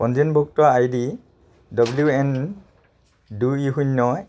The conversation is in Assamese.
পঞ্জীয়নভুক্ত আই ডি ডব্লিউ এন দুই শূন্য